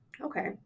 Okay